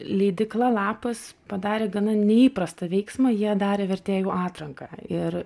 leidykla lapas padarė gana neįprastą veiksmą jie darė vertėjų atranką ir